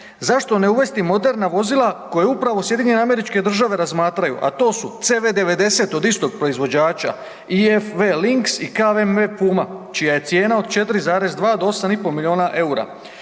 Zašto ne uvesti moderna vozila koja upravo SAD razmatraju a to su CV 90 od istog proizvođača, IFV Links i KVM Puma čija je cijena od 4,2 do 8,5 milijuna eura